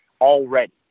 already